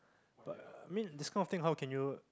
but I mean this kind of thing how can you